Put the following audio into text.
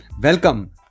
welcome